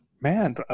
man